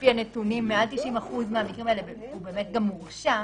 לפי הנתונים מעל 90% מהמקרים האלה הוא באמת גם הורשע,